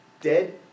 dead